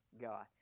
God